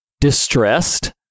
distressed